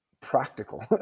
practical